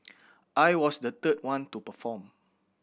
I was the third one to perform